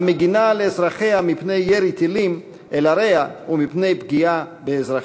המגינה על אזרחיה מפני ירי טילים אל עריה ומפני פגיעה באזרחיה.